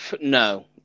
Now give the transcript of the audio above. No